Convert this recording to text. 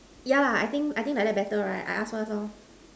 yeah lah I think I think like that better right I ask first so